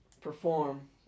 Perform